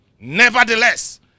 Nevertheless